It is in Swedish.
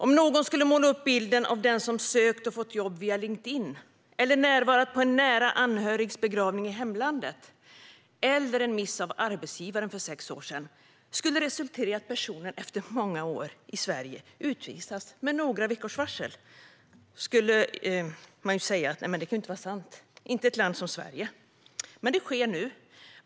Om någon skulle måla upp bilden av att det faktum att någon sökt och fått jobb via Linkedin, närvarat på en nära anhörigs begravning i hemlandet eller råkat ut för en miss av arbetsgivaren för sex år sedan skulle resultera i att personen efter många år i Sverige utvisas med några veckors varsel så skulle man säga: Men detta kan ju inte vara sant, inte i ett land som Sverige! Men det sker nu.